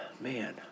man